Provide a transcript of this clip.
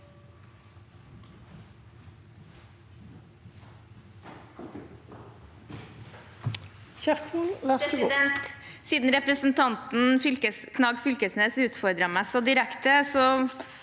Siden repre- sentanten Knag Fylkesnes utfordret meg så direkte,